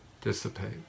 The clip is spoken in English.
dissipate